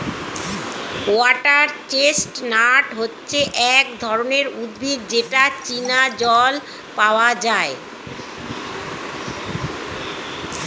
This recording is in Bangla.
ওয়াটার চেস্টনাট হচ্ছে এক ধরনের উদ্ভিদ যেটা চীনা জল পাওয়া যায়